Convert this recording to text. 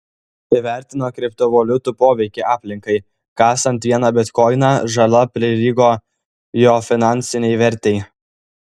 įvertino kriptovaliutų poveikį aplinkai kasant vieną bitkoiną žala prilygo jo finansinei vertei